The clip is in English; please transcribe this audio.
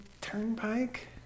turnpike